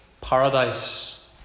paradise